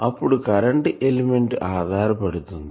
అప్పుడు current element ఆధారపడుతుంది